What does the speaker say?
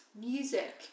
music